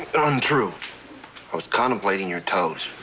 untrue. i was contemplating your toes.